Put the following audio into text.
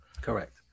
Correct